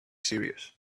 serious